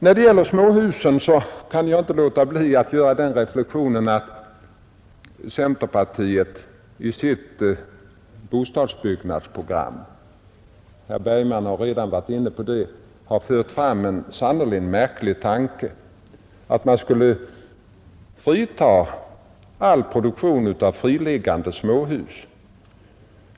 När det gäller småhusen kan jag inte låta bli att göra den reflexionen att centerpartiet i sitt bostadsbyggnadsprogram — herr Bergman har redan varit inne på detta — fört fram en sannerligen märklig tanke, nämligen att man skulle släppa all kontroll över produktion av friliggande småhus.